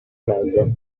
meglio